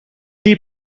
die